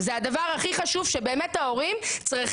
בעיה שצריך למגר וצריך